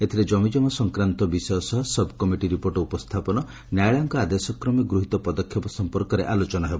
ଏଥିରେ ଜମିଜମା ସଂକ୍ରାନ୍ତ ବିଷୟସହ ସବ୍କମିଟି ରିପୋର୍ଟ ଉପସ୍ସାପନ ନ୍ୟାୟାଳୟଙ୍କ ଆଦେଶ କ୍ରମେ ଗୃହୀତ ପଦକ୍ଷେପ ସମ୍ମର୍କରେ ଆଲୋଚନା ହେବ